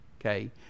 okay